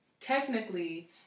technically